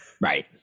Right